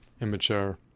immature